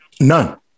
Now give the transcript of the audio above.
none